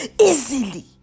easily